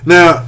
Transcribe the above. Now